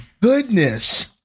goodness